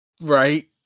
right